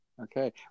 Okay